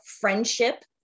friendship